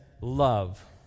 love